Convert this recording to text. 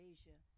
Asia